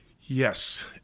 Yes